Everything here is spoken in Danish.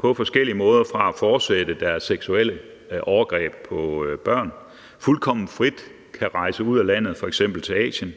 på forskellige måder bliver afskåret fra at fortsætte deres seksuelle overgreb på børn, fuldkommen frit kan rejse ud af landet, f.eks. til Asien,